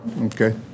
Okay